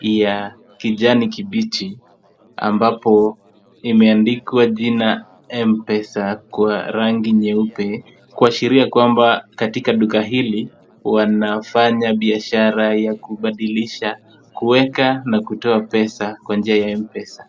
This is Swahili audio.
ya kijani kibichi, ambapo imeandikwa jina M-Pesa kwa rangi nyeupe kuashiria kwamba katika duka hili wanafanya biashara ya kubadilisha, kuweka na kutoa pesa kwa njia ya M-Pesa.